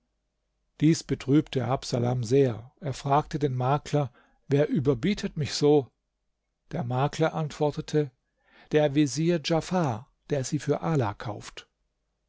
dies betrübte habsalam sehr er fragte den makler wer überbietet mich so der makler antwortete der vezier djafar der sie für ala kauft